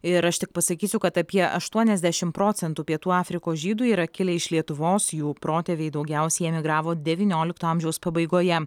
ir aš tik pasakysiu kad apie aštuoniasdešim procentų pietų afrikos žydų yra kilę iš lietuvos jų protėviai daugiausiai emigravo devyniolikto amžiaus pabaigoje